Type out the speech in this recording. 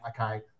okay